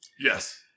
Yes